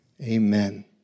Amen